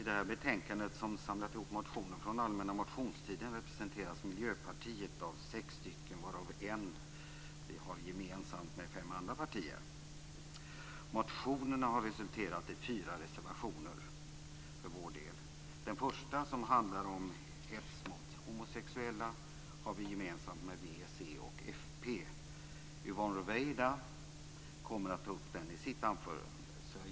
Herr talman! I detta betänkande där motioner från allmänna motionstiden behandlas, representeras Miljöpartiet av sex motioner varav en är gemensam med fem andra partier. Motionerna har resulterat i för vår del fyra reservationer. Den första reservationen handlar om hets mot homosexuella, och den har vi gemensamt med v, c och fp. Yvonne Ruwaida kommer att ta upp den reservationen i sitt anförande.